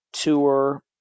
tour